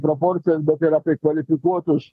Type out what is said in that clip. proporcijas bet ir apie kvalifikuotus